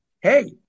Hey